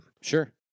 Sure